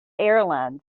airlines